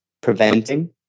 preventing